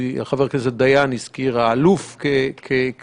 חבר הכנסת דיין הזכיר את האלוף כריבון.